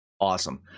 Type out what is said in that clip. Awesome